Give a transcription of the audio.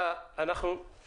שלחתי לכם את זה כתוב.